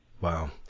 Wow